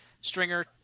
stringer